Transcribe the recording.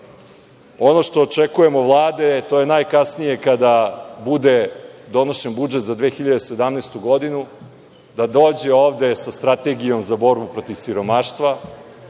što očekujemo od Vlade to je najkasnije kada bude donošen budžet za 2017. godinu da dođe ovde sa strategijom za borbu protiv siromaštva,